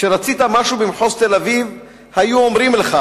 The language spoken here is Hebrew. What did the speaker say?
כשרצית משהו במחוז תל-אביב היו אומרים לך: